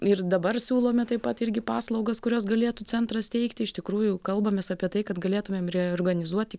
ir dabar siūlome taip pat irgi paslaugas kurios galėtų centrą steigti iš tikrųjų kalbamės apie tai kad galėtumėm reorganizuoti